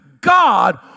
God